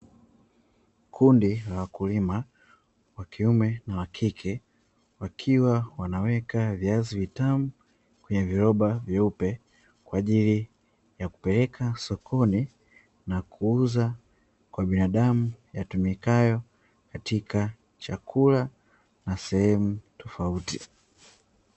Kundi la wakulima wa kiume na wa kike, wakiwa wanaweka viazi vitamu kwenye viroba vyeupe kwa ajili ya kupeleka sokoni na kuuza kwa binadamu, yatumikayo katika chakula na sehemu tofauti.